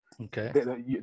Okay